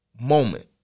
moment